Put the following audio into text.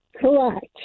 Correct